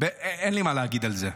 אין לי מה להגיד על זה,